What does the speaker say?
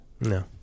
no